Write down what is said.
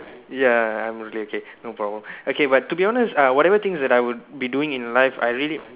ya okay okay no problem okay but to be honest whatever things that I would be doing in life I really